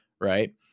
Right